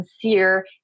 sincere